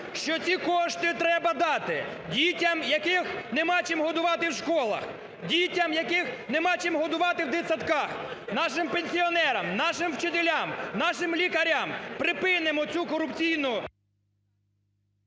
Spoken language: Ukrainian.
що ці кошти треба дати дітям, яких немає чим годувати в школах, дітям, яких нема чим годувати в дитсадках, нашим пенсіонерам, нашим вчителям, нашим лікарям. Припинимо цю корупційну…